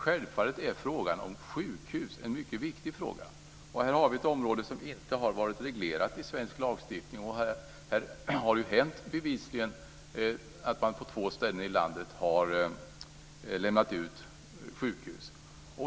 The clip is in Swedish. Självfallet är frågan om sjukhus en mycket viktig fråga. Här har vi ett område som inte har varit reglerat i svensk lagstiftning, och här har det bevisligen hänt att man på två ställen i landet har lämnat ut sjukhus.